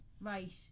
Right